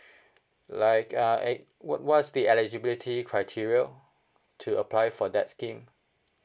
like uh eh what what's the eligibility criteria to apply for that scheme